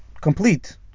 complete